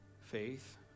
faith